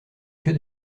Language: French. queue